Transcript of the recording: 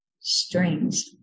strings